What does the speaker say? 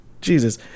Jesus